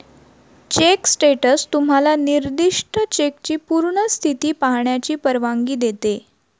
check status तुम्हाला निर्दिष्ट चेकची पूर्ण स्थिती पाहण्याची परवानगी देते